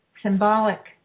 symbolic